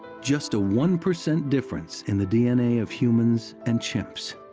just a one percent difference in the d n a. of humans and chimps.